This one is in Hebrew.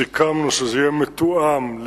סיכמנו שזה יהיה מתואם,